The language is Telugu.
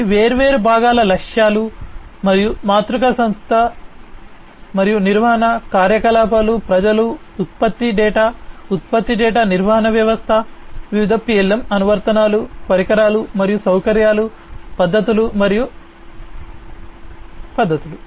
ఇవి వేర్వేరు భాగాల లక్ష్యాలు మరియు మాతృక సంస్థ మరియు నిర్వహణ కార్యకలాపాలు ప్రజలు ఉత్పత్తి డేటా ఉత్పత్తి డేటా నిర్వహణ వ్యవస్థ వివిధ PLM అనువర్తనాలు పరికరాలు మరియు సౌకర్యాలు పద్ధతులు మరియు పద్ధతులు